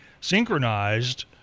synchronized